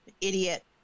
idiot